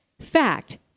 fact